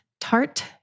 tart